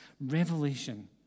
Revelation